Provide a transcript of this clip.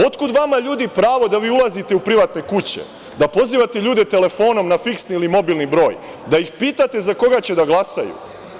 Otkud vama, ljudi, pravo da ulazite u privatne kuće, da pozivate ljude telefonom na fiksni ili mobilni broj, da ih pitate za koga će da glasaju?